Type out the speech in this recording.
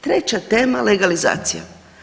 Treća tema, legalizacija.